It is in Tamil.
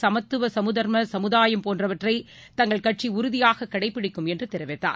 சமத்துவசமதர்மசமுதாயம் போன்றவற்றை தங்கள் கட்சிஉறுதியாககடைப்பிடிக்கும் என்றுதெரிவித்தார்